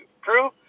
crew